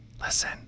listen